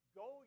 go